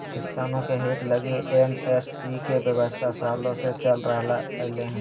किसानों के हित लगी एम.एस.पी के व्यवस्था सालों से चल रह लय हें